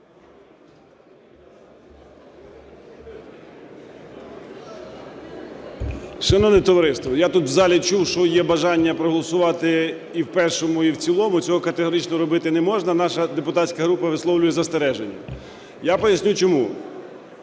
Шановне товариство, я тут, в залі, чув, що є бажання проголосувати і в першому, і в цілому, цього категорично робити не можна. Наша депутатська група висловлює застереження. Я поясню чому.